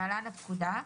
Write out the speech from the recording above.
(להלן-הפקודה),